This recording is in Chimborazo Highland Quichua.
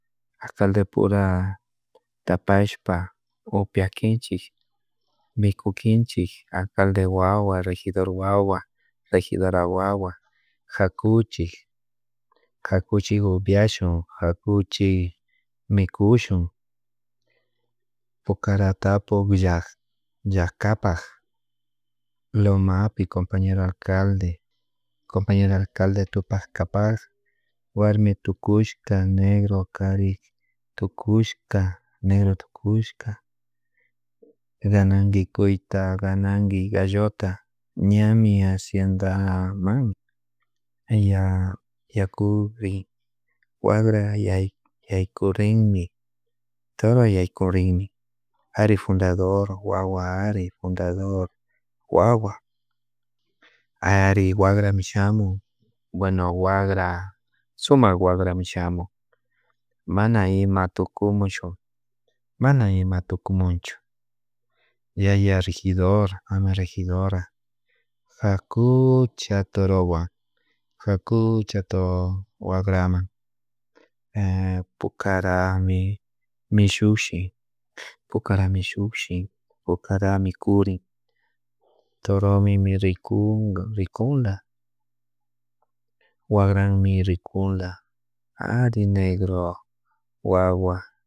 Alcalde pura ta pashpa opiakinchik mikukinchik alcalde wawa regidor wawa regidora wawa jacuchik jakuchik upiashun jakuchik mikushun pukarata pukllak llakapak lomapi compañero alcalde compañera alcalde tupak kapak warmitukushka negro kari tukushka negro tukushka gananki kuyta ganaki gallota ñami haciendaman ya yakubi wakra yay yaykurinmi toro yaykurinmi ari fundador wawa ari fundador wawa ari wagrami shamun bueno wagra sumak wacrami shamun mana ima tukumuchu mana ima tukumunchu yaya rigidor ama regidora jakucha torowan jakucha wagraman pukarami mishushin pukarami shukshin pucarami curyn toromi mi rikunga rikunla wagrami rinkunla ari negro wawa